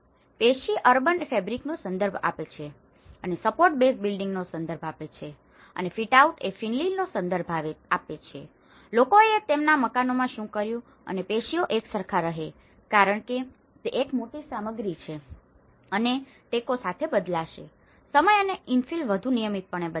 પેશી અર્બન ફેબ્રિકનો સંદર્ભ આપે છે અને સપોર્ટ બેઝ બિલ્ડિંગનો સંદર્ભ આપે છે અને ફીટઆઉટ એ ઇન્ફિલનો સંદર્ભ આપે છે લોકોએ તેમના મકાનોમાં શું કર્યું છે અને પેશીઓ એકસરખા રહે છે કારણ કે તે એક મોટી સામગ્રી છે અને ટેકો સાથે બદલાશે સમય અને ઇન્ફિલ વધુ નિયમિતપણે બદલાશે